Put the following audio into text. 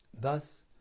Thus